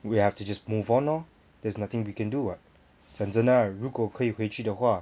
we have to just move on orh there's nothing we can do [what] 讲真的 ah 如果可以回去的话